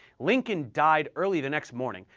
lincoln died early the next morning,